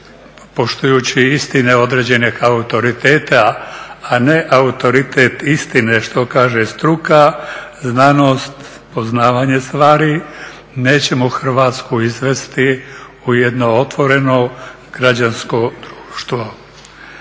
poštujući istine određene kao autoritete a ne autoritet istine što kaže struka, znanost, poznavanje stvari nećemo Hrvatsku izvesti u jedno otvoreno građansko društvo.